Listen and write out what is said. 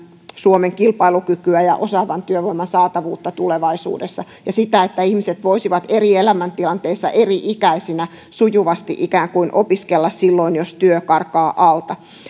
suomen kilpailukykyä osaavan työvoiman saatavuutta tulevaisuudessa ja sitä että ihmiset voisivat eri elämäntilanteissa eri ikäisinä sujuvasti ikään kuin opiskella silloin jos työ karkaa alta